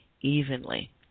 evenly